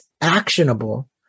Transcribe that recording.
actionable